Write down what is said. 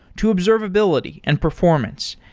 to observability and performance,